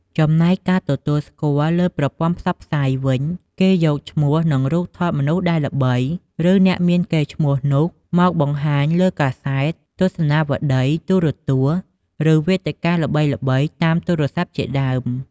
ចំណែកការទទួលស្គាល់លើប្រព័ន្ធផ្សព្វផ្សាយវិញ គេយកឈ្មោះ និងរូបថតមនុស្សដែលល្បី ឬ អ្នកមានកេរ្តិ៍ឈ្មោះនោះមកបង្ហាញលើកាសែត ទស្សនាវដ្តី ទូរទស្សន៍ ឬ វេទិកាល្បីៗតាមទូរស័ព្ទជាដើម។